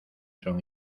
son